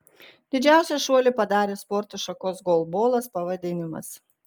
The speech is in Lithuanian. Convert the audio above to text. didžiausią šuolį padarė sporto šakos golbolas pavadinimas